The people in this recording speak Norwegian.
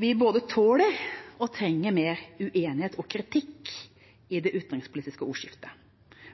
Vi både tåler og trenger mer uenighet og kritikk i det utenrikspolitiske ordskiftet.